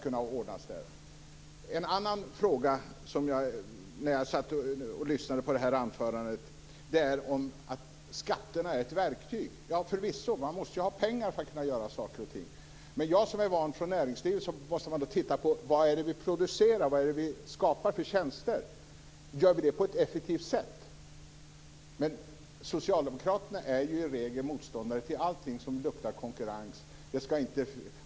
En annan fråga som dök upp när jag lyssnade på det här anförandet handlar om detta med att skatterna är ett verktyg. Förvisso är det så. Man måste ju ha pengar för att kunna göra saker och ting. Men jag har vana från näringslivet, och där måste vi titta på vad det är vi producerar, vad det är för tjänster vi skapar och om vi gör det på ett effektivt sätt. Socialdemokraterna är ju dock i regel motståndare till allting som luktar konkurrens.